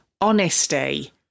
honesty